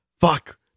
Fuck